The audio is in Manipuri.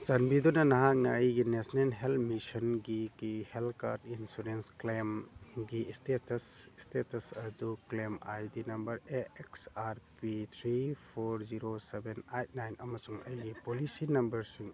ꯆꯥꯟꯕꯤꯗꯨꯅ ꯅꯍꯥꯛꯅ ꯑꯩꯒꯤ ꯅꯦꯁꯅꯦꯜ ꯍꯦꯜꯠ ꯃꯤꯁꯟꯒꯤ ꯀꯤ ꯍꯦꯜꯠ ꯀꯥꯔꯠ ꯏꯟꯁꯨꯔꯦꯟꯁ ꯀ꯭ꯂꯦꯝꯒꯤ ꯁ꯭ꯇꯦꯇꯁ ꯑꯗꯨ claim I D number A X R P three four zero seven eight nine ꯑꯃꯁꯨꯡ ꯑꯩꯒꯤ ꯄꯣꯂꯤꯁꯤ ꯅꯝꯕꯔ